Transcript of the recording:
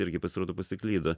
irgi pasirodo pasiklydo